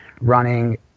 running